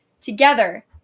together